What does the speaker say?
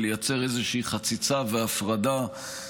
ולייצר איזושהי חציצה והפרדה,